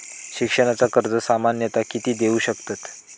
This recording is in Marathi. शिक्षणाचा कर्ज सामन्यता किती देऊ शकतत?